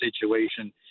situation